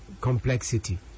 complexity